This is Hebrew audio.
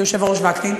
היושב-ראש וקנין,